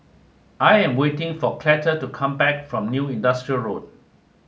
I am waiting for Cleta to come back from New Industrial Road